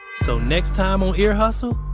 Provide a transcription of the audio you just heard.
so next time on ear hustle,